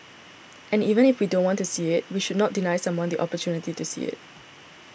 and even if we don't want to see it we should not deny someone the opportunity to see it